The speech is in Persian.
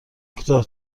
کوتاه